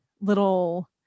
little